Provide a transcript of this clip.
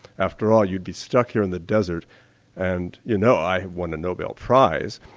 after all you'd be stuck here in the desert and you know i won the nobel prize.